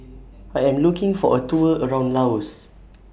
I Am looking For A Tour around Laos